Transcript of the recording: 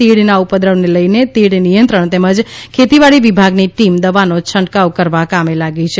તીડના ઉપદ્રવને લઇને તીડ નિયંત્રણ તેમજ ખેતીવાડી વિભાગની ટીમ દવાનો છંટકાવ કરવા કામે લાગી છે